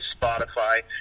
Spotify